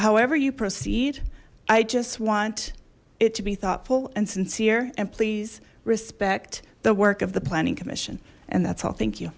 however you proceed i just want it to be thoughtful and sincere and please respect the work of the planning commission and that's all thank you